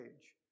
age